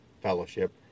fellowship